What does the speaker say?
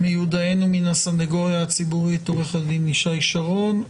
מיודענו מן הסנגוריה הציבורית עורך הדין ישי שרון,